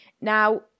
Now